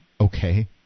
Okay